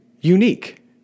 unique